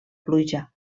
pluja